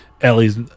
Ellie's